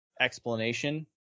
explanation